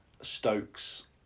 Stokes